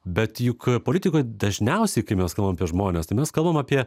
bet juk politikoj dažniausiai kai mes kalbam apie žmones tai mes kalbam apie